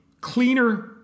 cleaner